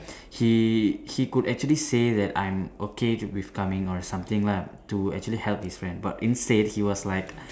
he he could actually say that I'm okay with coming or something lah to actually help his friend but instead he was like